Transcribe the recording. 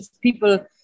people